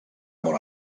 molt